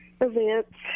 events